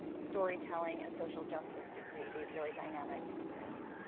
storytelling and social justice to create these really dynamic pieces.